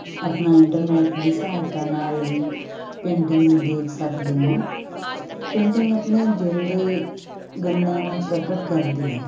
ਆਪਣਾ ਇੰਟਰਨੈਟ ਦੀ ਸਹਾਇਤਾ ਨਾਲ ਵੀ ਪੇਂਟਿੰਗ ਨੂੰ ਦੇਖ ਸਕਦੇ ਹਾਂ ਪੇਂਟਿੰਗ ਆਪਣੇ ਦਿਲ ਦੇ ਗੱਲਾਂ ਨੂੰ ਪ੍ਰਗਟ ਕਰਦੀ ਹੈ